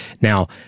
Now